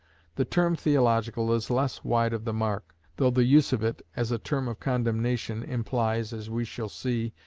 the term theological is less wide of the mark, though the use of it as a term of condemnation implies, as we shall see,